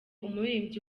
umuririmbyi